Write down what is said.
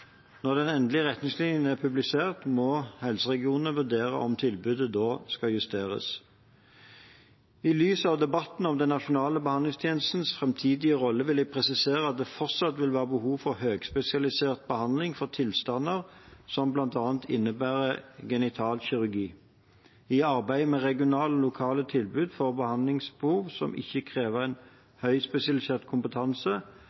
Når de endelige retningslinjene er publisert, må helseregionene vurdere om tilbudet da skal justeres. I lys av debatten om den nasjonale behandlingstjenestens framtidige rolle vil jeg presisere at det fortsatt vil være behov for høyspesialisert behandling for tilstander som bl.a. innebærer genitalkirurgi. I arbeidet med regionale og lokale tilbud for behandlingsbehov som ikke krever